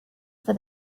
for